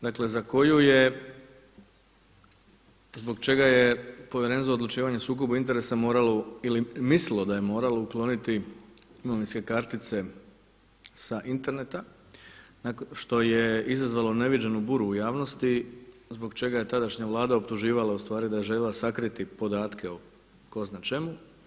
Dakle, za koju je zbog čega je Povjerenstvo za odlučivanje sukoba interesa ili mislilo da je moralo ukloniti imovinske kartice sa interneta nakon što je izazvalo neviđenu buru u javnosti zbog čega je tadašnja Vlada optuživala ustvari da je željela sakriti podatke o tko zna čemu.